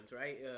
right